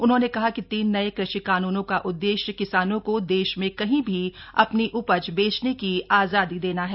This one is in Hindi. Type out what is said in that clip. उन्होंने कहा कि तीन नए कृषि कानुनों का उद्देश्य किसानों को देश में कहीं भी अपनी उपज बेचने की आजादी देना है